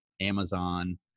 Amazon